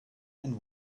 and